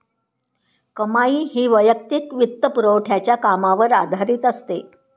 कमाई ही वैयक्तिक वित्तपुरवठ्याच्या कामावर आधारित असते